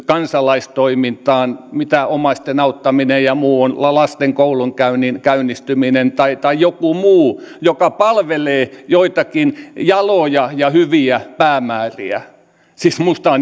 kansalaistoimintaan mitä omaisten auttaminen ja muu ovat lasten koulunkäynnin käynnistyminen tai tai joku muu joka palvelee joitakin jaloja ja hyviä päämääriä siis minusta tämä on